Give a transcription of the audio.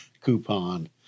coupon